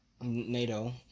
NATO